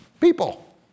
people